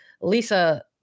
Lisa